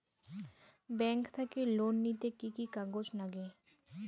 Bank থাকি loan নিতে কি কি কাগজ নাগে?